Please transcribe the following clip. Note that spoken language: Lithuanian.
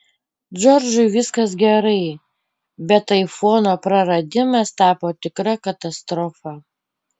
džordžui viskas gerai bet aifono praradimas tapo tikra katastrofa